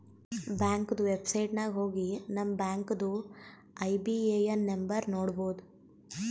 ಬ್ಯಾಂಕ್ದು ವೆಬ್ಸೈಟ್ ನಾಗ್ ಹೋಗಿ ನಮ್ ಬ್ಯಾಂಕ್ದು ಐ.ಬಿ.ಎ.ಎನ್ ನಂಬರ್ ನೋಡ್ಬೋದ್